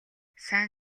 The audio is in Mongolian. сайн